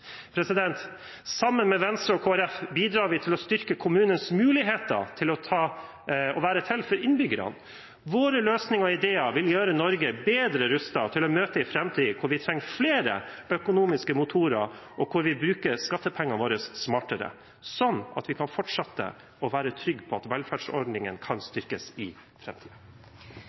Sammen med Venstre og Kristelig Folkeparti bidrar vi til å styrke kommunenes muligheter til å være til for innbyggerne. Våre løsninger og ideer vil gjøre Norge bedre rustet til å møte en framtid hvor vi trenger flere økonomiske motorer, og hvor vi bruker skattepengene våre smartere, slik at vi kan fortsette å være trygg på at velferdsordningene kan